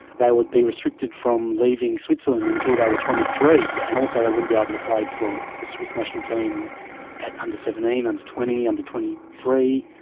they would be restricted from leaving switzerland until they were twenty three, and also they wouldn't be able to play for the swiss national team at under seventeen, under twenty, under twenty three,